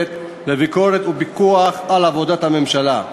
המחוקקת לביקורת ולפיקוח על עבודת הממשלה.